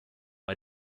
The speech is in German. bei